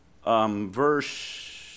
Verse